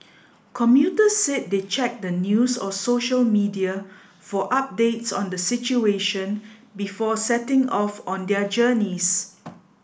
commuters said they checked the news or social media for updates on the situation before setting off on their journeys